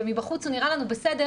ומבחוץ הוא נראה לנו בסדר,